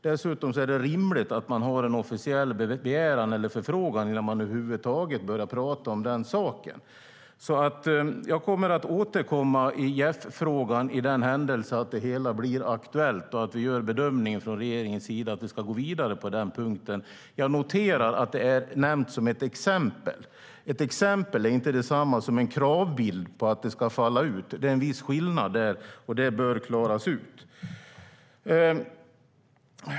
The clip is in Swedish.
Det är rimligt att lämna en officiell begäran eller förfrågan innan man över huvud taget börjar prata om saken. Jag kommer att återkomma i JEF-frågan i den händelse att frågan blir aktuell och regeringen gör bedömningen att vi ska gå vidare på den punkten. Jag noterar att frågan är nämnd som ett exempel. Ett exempel är inte detsamma som en kravbild. Det är en viss skillnad, och det bör klaras ut.